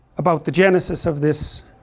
about the genesis of this